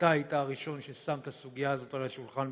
אתה היית הראשון ששם את הסוגיה הזאת על השולחן,